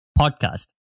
podcast